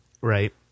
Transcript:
right